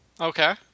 Okay